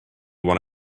want